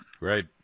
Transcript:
Right